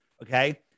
Okay